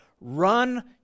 run